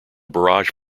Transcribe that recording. barrage